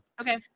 Okay